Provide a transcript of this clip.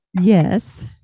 Yes